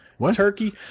Turkey